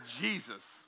Jesus